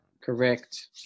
Correct